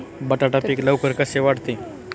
बटाटा पीक लवकर कसे वाढते?